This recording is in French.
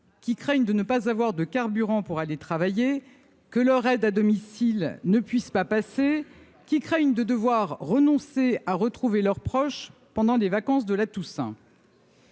qui craignent de ne pas avoir de carburant pour aller travailler, que leur aide à domicile ne puisse pas passer, qui craignent de devoir renoncer à retrouver leurs proches pendant les vacances de la Toussaint.